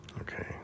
Okay